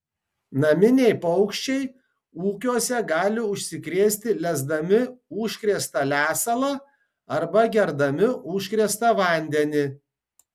naminiai paukščiai ūkiuose gali užsikrėsti lesdami užkrėstą lesalą arba gerdami užkrėstą vandenį